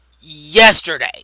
yesterday